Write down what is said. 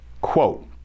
Quote